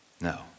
No